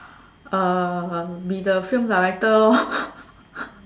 uh be the film director lor